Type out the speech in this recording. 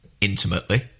intimately